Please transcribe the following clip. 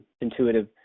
intuitive